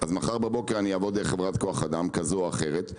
אז מחר בבוקר אני אעבור דרך חברת כוח אדם כזו או אחרת,